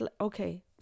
okay